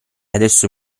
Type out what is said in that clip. adesso